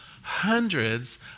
hundreds